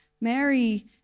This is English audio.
Mary